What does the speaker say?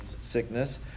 sickness